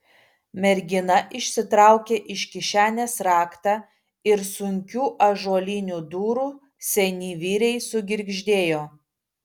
mergina išsitraukė iš kišenės raktą ir sunkių ąžuolinių durų seni vyriai sugirgždėjo